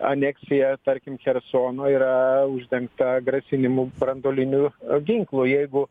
aneksija tarkim chersono yra uždengta grasinimu branduoliniu ginklu jeigu